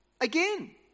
again